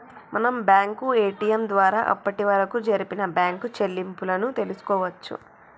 మనం bank ATM ద్వారా అప్పటివరకు జరిపిన బ్యేంకు చెల్లింపులను తెల్సుకోవచ్చు